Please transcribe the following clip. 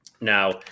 Now